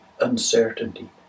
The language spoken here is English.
uncertainty